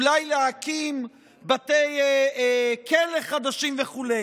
אולי להקים בתי כלא חדשים וכו'.